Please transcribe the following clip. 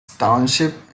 township